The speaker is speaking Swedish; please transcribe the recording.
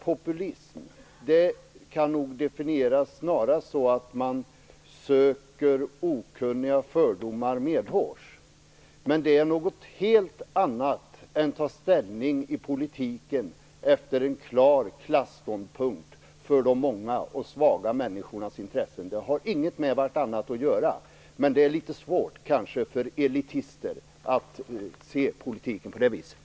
Populism kan snarast definieras som att man stryker okunniga fördomar medhårs. Men det är något helt annat än att i politiken ta ställning efter en klar klasståndpunkt för de många och svaga människornas intressen. De har inget med varandra att göra. Men det kanske är litet svårt för elitister att se politiken på det viset.